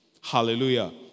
Hallelujah